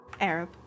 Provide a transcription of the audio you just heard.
Arab